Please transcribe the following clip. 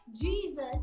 Jesus